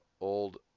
old